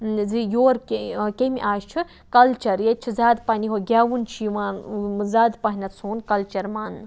زِ یورٕ کمہِ آیہِ چھُ کَلچَر ییٚتہِ چھِ زیادٕ پَہَن یِہوے گیٚوُن چھُ یِوان زیادٕ پَہمَتھ سون کَلچَر ماننہٕ